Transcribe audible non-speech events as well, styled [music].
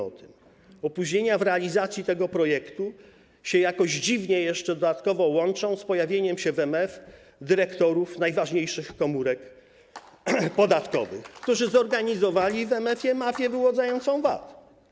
Opóźnienia w realizacji tego projektu jakoś dziwnie się dodatkowo łączą z pojawieniem się w MF dyrektorów najważniejszych komórek podatkowych, [applause] którzy zorganizowali w MF mafię wyłudzającą VAT.